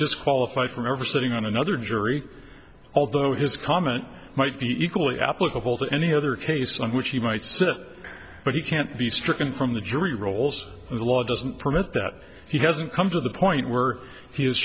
disqualified from ever sitting on another jury although his comment might be equally applicable to any other case on which he might sit but he can't be stricken from the jury roles in the law doesn't permit that he hasn't come to the point where he